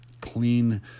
clean